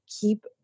keep